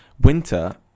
winter